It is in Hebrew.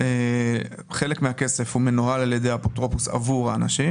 חלק מהכסף מנוהל על ידי האפוטרופוס עבור האנשים